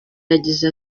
yagize